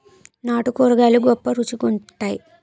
నాటు కూరగాయలు గొప్ప రుచి గుంత్తై